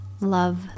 Love